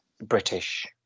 British